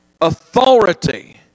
authority